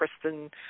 Kristen